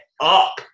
up